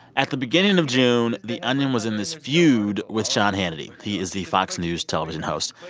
at the beginning of june, the onion was in this feud with sean hannity. he is the fox news television host.